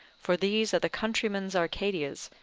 for these are the countryman's arcadias,